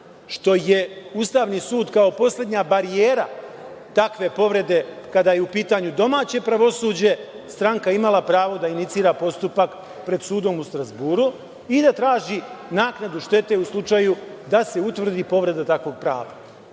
što je Ustavni sud kao poslednja barijera takve povrede kada je u pitanju domaće pravosuđe stranka imala pravo da inicira postupak pred sudom u Strazburu i da traži naknadu štete u slučaju da se utvrdi povreda takvog